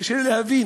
קשה לי להבין.